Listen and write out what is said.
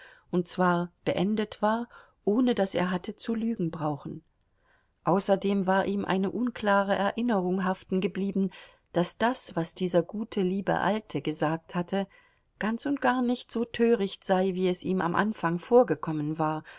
und zwar beendet war ohne daß er hatte zu lügen brauchen außerdem war ihm eine unklare erinnerung haftengeblieben daß das was dieser gute liebe alte gesagt hatte ganz und gar nicht so töricht sei wie es ihm am anfang vorgekommen war